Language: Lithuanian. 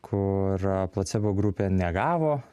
kur placebo grupė negavo